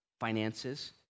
finances